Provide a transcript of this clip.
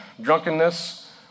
drunkenness